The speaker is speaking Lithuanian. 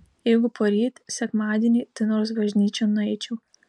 jeigu poryt sekmadienį tai nors bažnyčion nueičiau